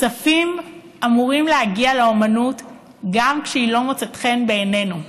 כספים אמורים להגיע לאומנות גם כשהיא לא מוצאת חן בעינינו.